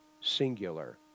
singular